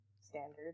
standard